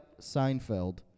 Seinfeld